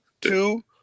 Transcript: two